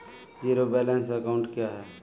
Zero balance account क्या है?